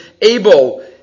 able